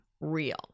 real